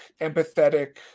empathetic